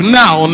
now